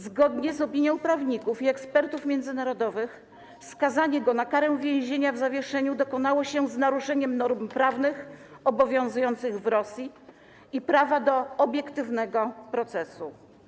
Zgodnie z opinią prawników i ekspertów międzynarodowych, skazanie go na karę więzienia w zawieszeniu dokonało się z naruszeniem norm prawnych obowiązujących w Rosji i prawa do obiektywnego procesu.